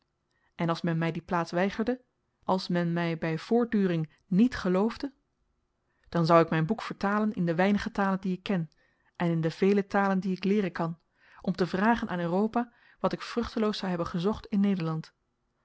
en als men my die plaats weigerde als men my by voortduring niet geloofde dan zou ik myn boek vertalen in de weinige talen die ik ken en in de vele talen die ik leeren kan om te vragen aan europa wat ik vruchteloos zou hebben gezocht in nederland